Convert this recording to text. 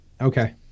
Okay